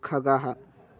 खगः